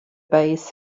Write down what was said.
base